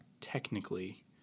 technically